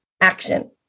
Action